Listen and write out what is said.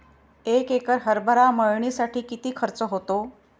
एक एकर हरभरा मळणीसाठी किती खर्च होतो?